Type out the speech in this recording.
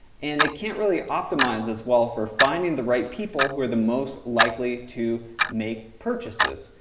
and it can't really optimize as well for finding the right people who are the most likely to make purchases.